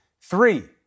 Three